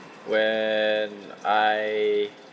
when I